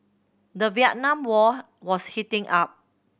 the Vietnam War was heating up